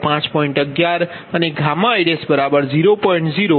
11 અને i 0